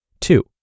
Two